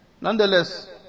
Nonetheless